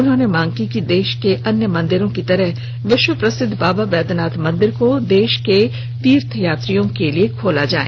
उन्होंने सरकार से मांग की है कि देश के अन्य मंदिरों की तरह विश्व प्रसिद्ध बाबा बैद्यनाथ मंदिर को देश के तीर्थयात्रियों के लिए खोला जाए